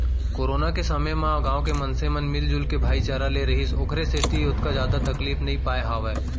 corona के समे गाँव के मनसे मन मिलजुल के भाईचारा ले रिहिस ओखरे सेती ओतका जादा तकलीफ नइ पाय हावय